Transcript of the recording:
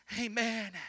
Amen